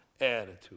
attitude